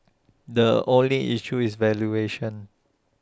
the only issue is valuation